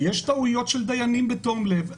יש טעויות של דיינים בתום לב.